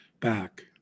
back